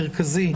נרחיב כמובן,